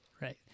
Right